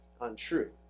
untrue